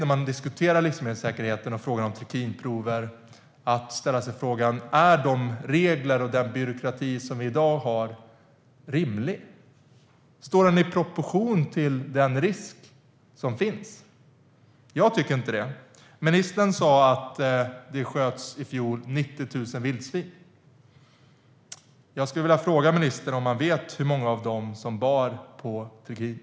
När man diskuterar livsmedelssäkerhet och frågan om trikinprover är det viktigt att ställa sig frågan om dagens regler och byråkrati är rimlig. Står den i proportion till den risk som finns? Jag tycker inte det. Ministern sa att det i fjol sköts 90 000 vildsvin. Vet han hur många av dem som bar på trikiner?